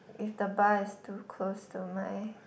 if the bar is too close to my